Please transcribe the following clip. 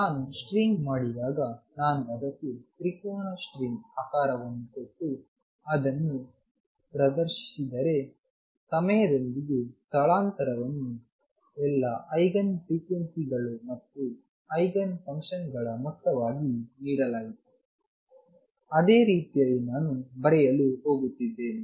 ನಾನು ಸ್ಟ್ರಿಂಗ್ ಮಾಡಿದಾಗ ನಾನು ಅದಕ್ಕೆ ತ್ರಿಕೋನ ಸ್ಟ್ರಿಂಗ್ ಆಕಾರವನ್ನು ಕೊಟ್ಟು ಅದನ್ನು ಪ್ರದರ್ಶಿಸಿದರೆ ಸಮಯದೊಂದಿಗೆ ಸ್ಥಳಾಂತರ ವನ್ನು ಎಲ್ಲಾ ಐಗನ್ ಫ್ರಿಕ್ವೆನ್ಸಿಗಳು ಮತ್ತು ಐಗನ್ ಫಂಕ್ಷನ್ಗಳ ಮೊತ್ತವಾಗಿ ನೀಡಲಾಯಿತು ಅದೇ ರೀತಿಯಲ್ಲಿ ನಾನು ಬರೆಯಲು ಹೋಗುತ್ತಿದ್ದೇನೆ